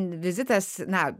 vizitas na